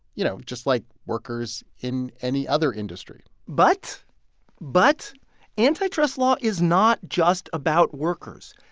you know, just like workers in any other industry but but antitrust law is not just about workers.